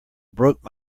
broke